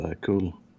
cool